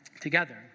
together